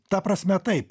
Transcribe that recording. ta prasme taip